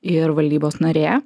ir valdybos narė